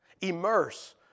Immerse